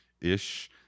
ish